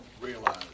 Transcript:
realize